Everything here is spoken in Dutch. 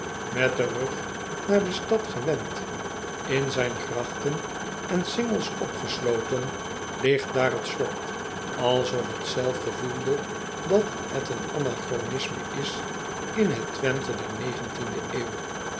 et den rug naar de stad gewend in zijn grachten en cingels opgesloten ligt daar het slot alsof het zelf gevoelde dat het een anachronisme is in het wenthe der de eeuw